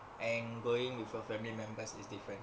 and going with your family members is different